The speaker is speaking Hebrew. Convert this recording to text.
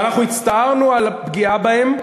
ואנחנו הצטערנו על הפגיעה בהם